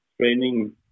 training